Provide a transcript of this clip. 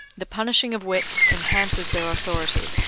the punishing of wits enhances their authority,